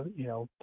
you know,